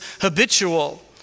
habitual